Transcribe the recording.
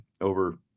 over